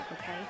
okay